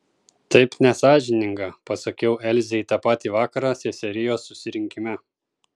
taip nesąžininga pasakiau elzei tą patį vakarą seserijos susirinkime